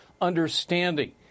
understanding